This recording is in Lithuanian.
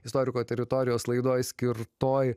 istoriko teritorijos laidoj skirtoj